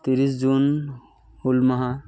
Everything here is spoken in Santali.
ᱛᱤᱨᱤᱥ ᱡᱩᱱ ᱦᱩᱞ ᱢᱟᱦᱟ